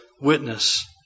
witness